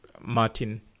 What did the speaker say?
Martin